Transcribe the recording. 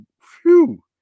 phew